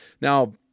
Now